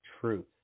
truth